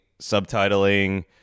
subtitling